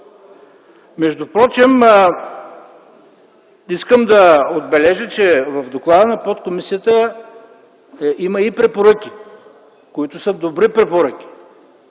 Междупрочем, искам да отбележа, че в доклада на подкомисията има и препоръки, които са добри препоръки.